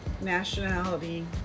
nationality